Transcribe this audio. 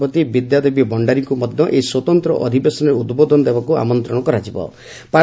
ନେପାଳ ରାଷ୍ଟ୍ରପତି ବିଦ୍ୟାଦେବୀ ଭକ୍ଷାରୀଙ୍କୁ ମଧ୍ୟ ଏହି ସ୍ୱତନ୍ତ୍ର ଅଧିବେଶନରେ ଉଦ୍ବୋଧନ ଦେବାକୁ ଆମନ୍ତ୍ରଣ କରାଯିବ